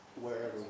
wherever